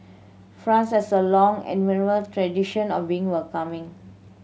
France has a long and admirable tradition of being welcoming